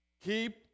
Keep